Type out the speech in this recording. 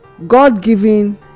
God-given